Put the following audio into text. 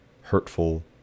hurtful